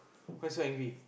why you so angry